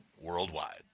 worldwide